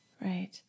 Right